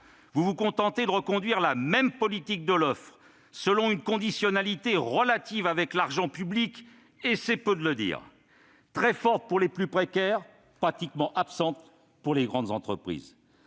vous vous contentez de reconduire la même politique de l'offre, selon une conditionnalité relative dans l'octroi de l'argent public, et c'est peu dire : elle est très forte pour les plus précaires, mais pratiquement absente pour les grandes entreprises.